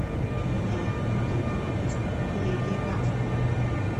ne nudelbiau akis klaikiai gąsdina